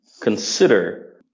consider